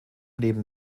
neben